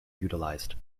utilised